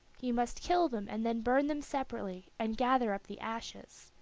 you must kill them and then burn them separately, and gather up the ashes.